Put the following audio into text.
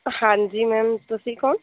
ਹਾਂਜੀ ਮੈਮ ਤੁਸੀਂ ਕੌਣ